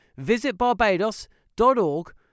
visitbarbados.org